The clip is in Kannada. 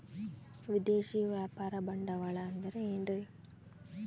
ವಿದೇಶಿಯ ವ್ಯಾಪಾರ ಬಂಡವಾಳ ಅಂದರೆ ಏನ್ರಿ?